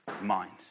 mind